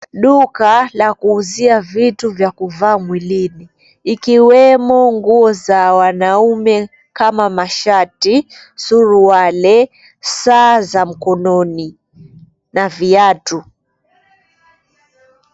Duka la kuuzia vitu vya kuvaa mwilini ikiwemo nguo za wanaume kama mashati, suruali, saa za mkononi na viatu.